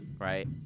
right